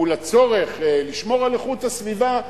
מול הצורך לשמור על איכות הסביבה,